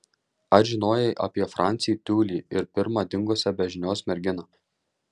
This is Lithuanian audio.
ar žinojai apie francį tiulį ir pirmą dingusią be žinios merginą